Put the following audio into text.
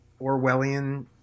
Orwellian